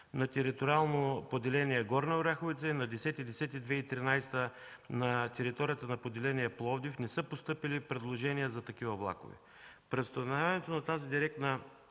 на териториално поделение Горна Оряховица и на 10 октомври 2013 г. на територията на поделение Пловдив не са постъпили предложения за такива влакове. Преустановяването на директните